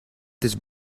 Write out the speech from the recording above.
this